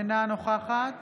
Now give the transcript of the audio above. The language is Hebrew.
אינה נוכחת